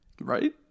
Right